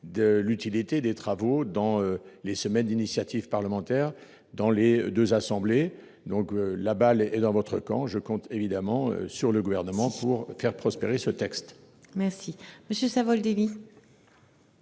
de l'utilité des travaux dans les semaines d'initiative parlementaire, dans les 2 assemblées donc la balle est dans votre camp, je compte évidemment sur le gouvernement pour faire prospérer ce texte. Merci monsieur Savoldelli.